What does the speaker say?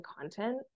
content